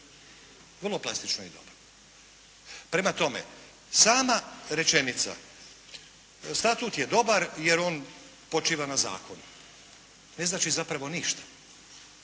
vrlo plastično i dobro. Prema tome, sama rečenica Statut je dobar jer on počiva na zakonu ne znači zapravo ništa.